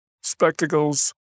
spectacles